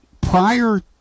prior